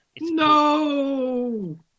No